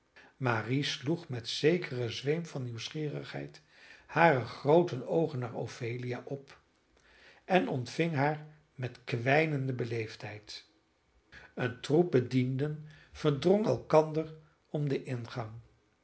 marie sloeg met zekeren zweem van nieuwsgierigheid hare groote oogen naar ophelia op en ontving haar met kwijnende beleefdheid een troep bedienden verdrong elkander om den ingang